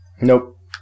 Nope